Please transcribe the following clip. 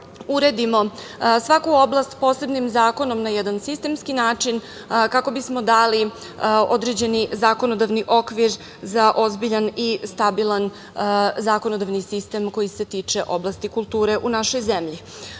uredimo svaku oblast, posebnim zakonom, na jedan sistemski način, kako bismo dali određeni zakonodavni okvir za ozbiljan i stabilan zakonodavni sistem koji se tiče oblasti kulture, u našoj zemlji. Moramo